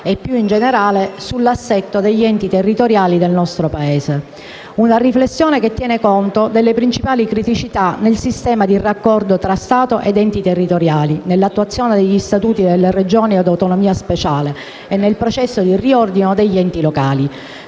e, più in generale, sull'assetto degli enti territoriali del nostro Paese. Si tratta di una riflessione che tiene conto delle principali criticità nel sistema di raccordo tra Stato ed enti territoriali, nell'attuazione degli Statuti delle Regioni ad autonomia speciale e nel processo di riordino degli enti locali,